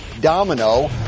domino